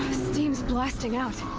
steam's blasting out!